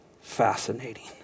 fascinating